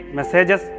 Messages